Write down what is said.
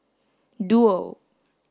duo